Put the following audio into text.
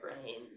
brains